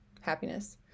happiness